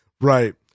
Right